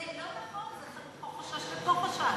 וזה לא נכון, פה זה חשש ופה חשש.